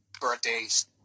birthdays